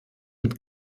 mit